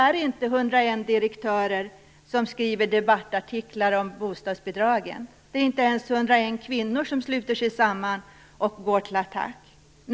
Det är inte 101 direktörer som nu skriver debattartiklar om bostadsbidragen. Det är inte ens 101 kvinnor som sluter sig samman och går till attack.